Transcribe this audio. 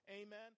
Amen